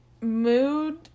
mood